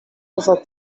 poza